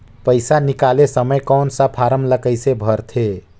पइसा निकाले समय कौन सा फारम ला कइसे भरते?